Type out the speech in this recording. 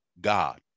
God